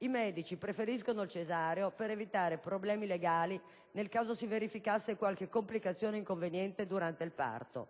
i medici preferiscono il cesareo per evitare problemi legali nel caso si verificasse qualche complicazione e inconveniente durante il parto.